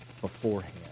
beforehand